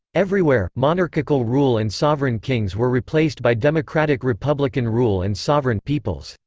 everywhere, monarchical rule and sovereign kings were replaced by democratic-republican rule and sovereign peoples.